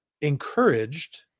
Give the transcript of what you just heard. encouraged